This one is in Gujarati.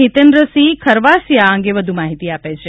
હિતેન્દ્રસિંહ ખરવાસીયા આ અંગે વધુ માહિતી આપે છે